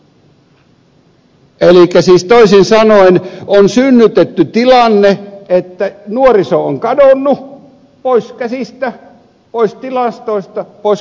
elikkä siis toisin sanoen on synnytetty tilanne että nuoriso on kadonnut pois käsistä pois tilastoista pois kaikesta